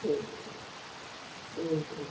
হুম হুম হুম হুম হুম